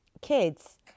kids